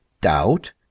Doubt